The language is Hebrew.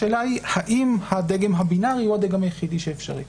השאלה היא האם הדגם הבינארי הוא הדגם היחידי שאפשרי?